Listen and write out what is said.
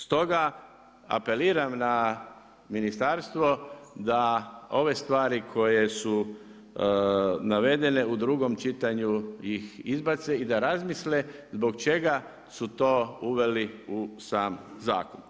Stoga, apeliram na ministarstvo, da ove stvari koje su navedeno u 2 čitanju ih izbace i da razmisle zbog čega su to uveli u sam zakon.